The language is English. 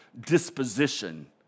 disposition